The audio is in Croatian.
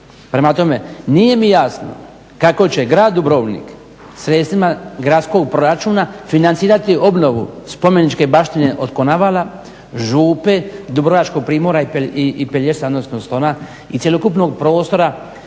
Prema tome, nije mi jasno kako će grad Dubrovnik sredstvima gradskog proračuna financirati obnovu spomeničke baštine od Konavala, Župe, dubrovačkog primorja i Pelješca, odnosno Stona i cjelokupnog prostora